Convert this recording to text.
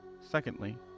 secondly